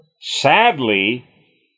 Sadly